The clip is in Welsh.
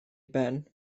ben